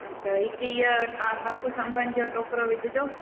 हिकु ईअं हापुस अंबनि जो टोकिरो विझजो